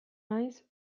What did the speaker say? naiz